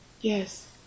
Yes